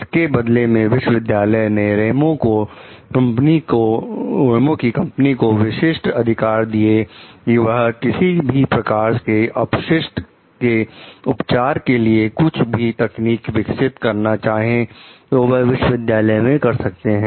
इसके बदले में विश्वविद्यालय ने रेमो की कंपनी को विशिष्ट अधिकार दिए कि वह किसी भी प्रकार के अपशिष्ट के उपचार के लिए कुछ भी तकनीक विकसित करना चाहे तो वह विश्वविद्यालय में कर सकते हैं